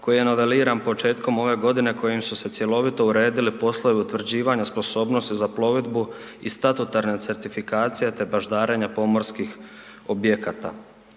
koji je noveliran početkom ove godine kojim su se cjelovito uredili poslovi utvrđivanja sposobnosti za plovidbu i statutarna certifikacija te baždarenja pomorskih objekata.